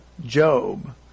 Job